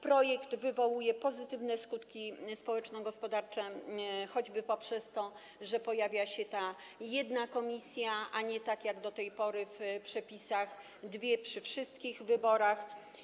Projekt wywołuje pozytywne skutki społeczno-gospodarcze choćby poprzez to, że pojawia się jedna komisja, a nie tak jak do tej pory w przepisach - dwie przy wszystkich wyborach.